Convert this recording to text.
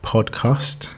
Podcast